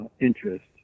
interest